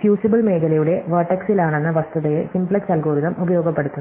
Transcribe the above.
fusible മേഖലയുടെ വെർടെക്സിലാണെന്ന വസ്തുതയെ സിംപ്ലക്സ് അൽഗോരിതം ഉപയോഗപ്പെടുത്തുന്നു